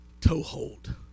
toehold